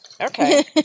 Okay